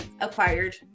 acquired